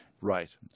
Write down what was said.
right